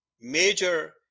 major